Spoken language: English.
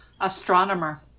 Astronomer